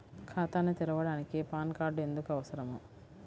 ఖాతాను తెరవడానికి PAN card ఎందుకు అవసరము?